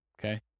Okay